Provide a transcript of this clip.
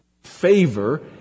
favor